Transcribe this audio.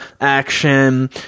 action